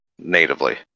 natively